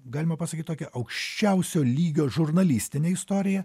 galima pasakyt tokia aukščiausio lygio žurnalistinė istorija